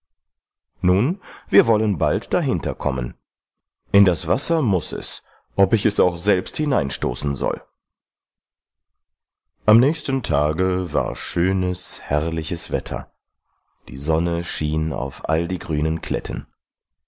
nun wir wollen bald dahinter kommen in das wasser muß es ob ich es auch selbst hineinstoßen soll am nächsten tage war schönes herrliches wetter die sonne schien auf all die grünen kletten